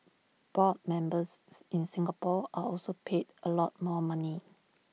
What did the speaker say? board members in Singapore are also paid A lot more money